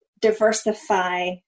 diversify